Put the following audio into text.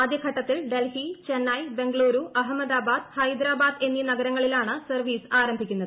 ആദ്യഘട്ടത്തിൽ ഡൽഹി ചെന്നൈ ബംഗളൂരു അഹമ്മദാബാദ് ഹൈദരാബാദ് എന്നീ നഗരങ്ങളിലാണ് സർവ്വീസ് ആരംഭിക്കുന്നത്